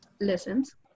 lessons